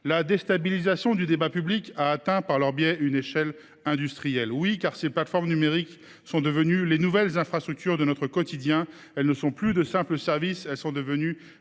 La déstabilisation du débat public a progressé, par ce biais, à une échelle industrielle. En effet, ces plateformes numériques sont devenues les nouvelles infrastructures de notre quotidien. Elles ne sont plus de simples services, mais les espaces